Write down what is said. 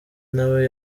nawe